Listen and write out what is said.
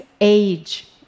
age